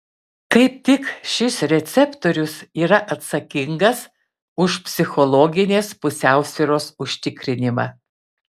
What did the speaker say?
kaip tik šis receptorius yra atsakingas už psichologinės pusiausvyros užtikrinimą